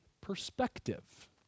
perspective